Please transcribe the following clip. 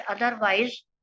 Otherwise